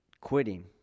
quitting